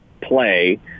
play